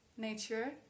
nature